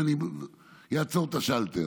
ואני אוריד את השאלטר,